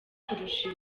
kurusha